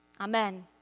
Amen